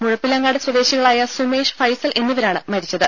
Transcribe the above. മുഴപ്പിലങ്ങാട് സ്വദേശികളായ സുമേഷ് ഫൈസൽ എന്നിവരാണ് മരിച്ചത്